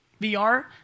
VR